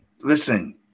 listen